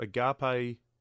Agape